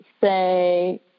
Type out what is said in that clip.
say